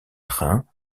trains